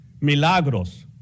Milagros